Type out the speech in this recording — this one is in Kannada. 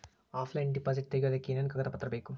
ಆಫ್ಲೈನ್ ಡಿಪಾಸಿಟ್ ತೆಗಿಯೋದಕ್ಕೆ ಏನೇನು ಕಾಗದ ಪತ್ರ ಬೇಕು?